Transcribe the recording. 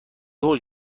هول